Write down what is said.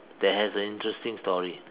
that has an interesting story